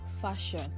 fashion